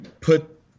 put